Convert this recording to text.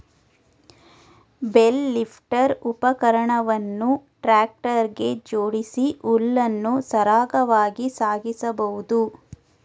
bale lifter ಉಪಕರಣವನ್ನು tractor ಗೆ ಜೋಡಿಸಿ ಹುಲ್ಲನ್ನು ಸರಾಗವಾಗಿ ಸಾಗಿಸಬೋದು